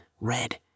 red